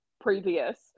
previous